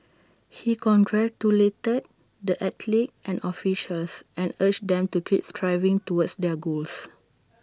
he congratulated the athletes and officials and urged them to keep striving towards their goals